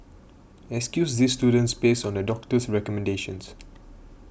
excuse these students based on a doctor's recommendations